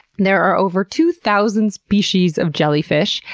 there are over two thousand species of jellyfish,